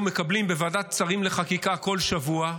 מקבלים בוועדת שרים לחקיקה בכל שבוע,